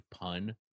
pun